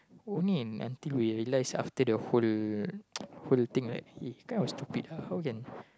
only in until we realise after the whole whole thing right is kind of stupid ah how can